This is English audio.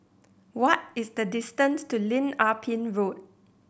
what is the distance to Lim Ah Pin Road